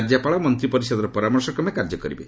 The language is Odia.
ରାଜ୍ୟପାଳ ମନ୍ତ୍ରିପରିଷଦର ପରାମର୍ଶକ୍ରମେ କାର୍ଯ୍ୟ କରିବେ